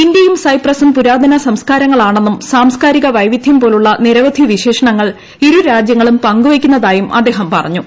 ഇന്ത്യയും സൈപ്രസും പുരാതന സംസ്ക്കാരങ്ങളാണെന്നും സാംസ്ക്കാരിക വൈവിധ്യം പോലുള്ള നിരവധി വിശേഷണങ്ങൾ ഇരു രാജ്യങ്ങളും പങ്ക് വെയ്ക്കുന്നതായും അദ്ദേഹം പറഞ്ഞു